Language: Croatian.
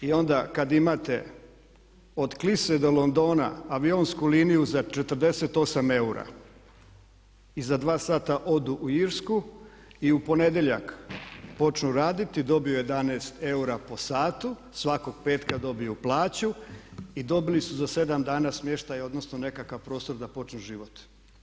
I onda kad imate od Klise do Londona avionsku liniju za 48 eura i za dva sata odu u Irsku i u ponedjeljak počnu raditi, dobiju 11 eura po satu, svakog petka dobiju plaću i dobili su za sedam dana smještaj, odnosno nekakav prostor da počnu život.